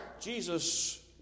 Jesus